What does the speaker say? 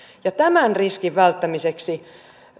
tämän riskin välttämiseksi